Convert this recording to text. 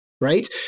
right